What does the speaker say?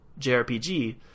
JRPG